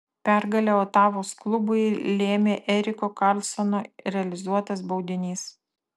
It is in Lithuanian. pergalę otavos klubui lėmė eriko karlsono realizuotas baudinys